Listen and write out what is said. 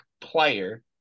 player